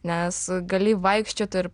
nes gali vaikščiot ir